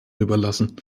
überlassen